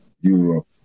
Europe